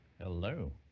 Hello